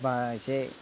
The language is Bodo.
बा एसे